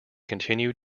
continue